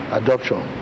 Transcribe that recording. adoption